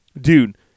Dude